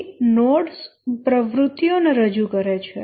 અહીં નોડ્સ પ્રવૃત્તિઓને રજૂ કરે છે